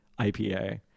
IPA